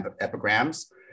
epigrams